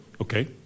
Okay